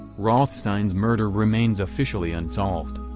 rothstein's murder remains officially unsolved.